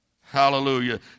Hallelujah